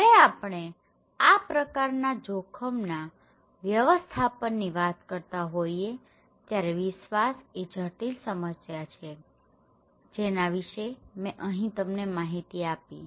જયારે આપણે આ પ્રકારના જોખમના વ્યવસ્થાપનની વાત કરતાં હોઈએ ત્યારે વિશ્વાસ એ જટિલ સમસ્યા છે જેના વિશે મેં અહીં તમને માહિતી આપી